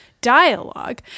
dialogue